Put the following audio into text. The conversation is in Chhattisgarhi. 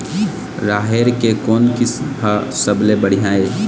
राहेर के कोन किस्म हर सबले बढ़िया ये?